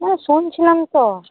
হ্যাঁ শুনছিলাম তো